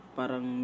parang